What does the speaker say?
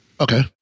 Okay